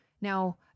now